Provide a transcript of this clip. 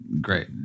great